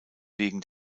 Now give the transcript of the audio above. wegen